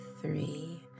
three